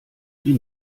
die